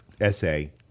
essay